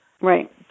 Right